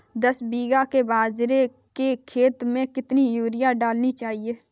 दस बीघा के बाजरे के खेत में कितनी यूरिया डालनी चाहिए?